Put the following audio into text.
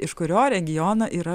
iš kurio regiono yra